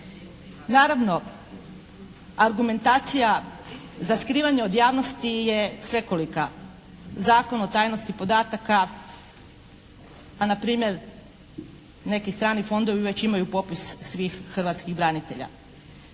Naravno argumentacija za skrivanje od javnosti je svekolika. Zakon o tajnosti podataka pa na primjer neki strani fondovi već imaju popis svih hrvatskih branitelja.